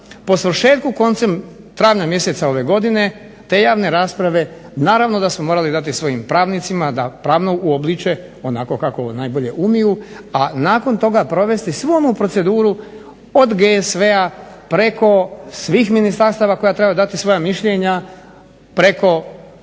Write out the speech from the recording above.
po svršetku koncem travnja mjeseca ove godine te javne rasprave naravno da smo morali dati svojim pravnicima da pravno uobliče onako kako najbolje umiju, a nakon toga provesti svu onu proceduru od GSV-a preko svih ministarstava koja trebaju dati svoja mišljenja, preko